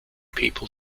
people